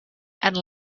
and